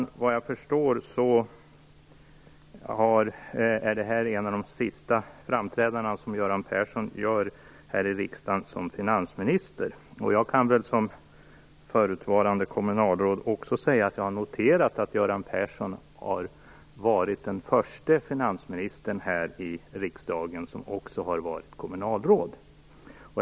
Såvitt jag förstår är detta en av de sista framträdanden som Göran Persson gör här i riksdagen som finansminister. Jag kan som förutvarande kommunalråd säga att jag har noterat att Göran Persson har varit den förste finansministern här riksdagen som också har varit kommunalråd.